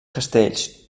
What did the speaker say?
castells